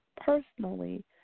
personally